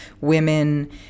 women